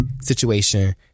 situation